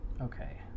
Okay